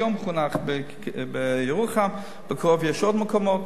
היום נחנך בירוחם, בקרוב יהיו עוד מקומות,